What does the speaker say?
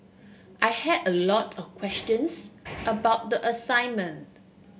I had a lot of questions about the assignment